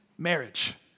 Marriage